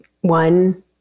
one